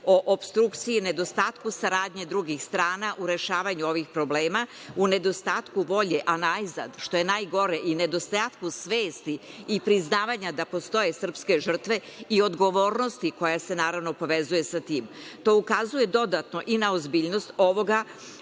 o opstrukciji, nedostatku saradnje drugih strana u rešavanju ovih problema. U nedostatku volje, a najzad, što je najgore i nedostatku svesti i priznavanja da postoje srpske žrtve i odgovornosti koja se naravno povezuje sa tim. To ukazuje dodatno i na ozbiljnost ovoga